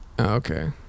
okay